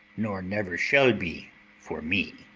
nor never shall be for me.